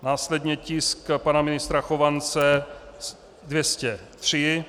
Následně tisk pana ministra Chovance 203.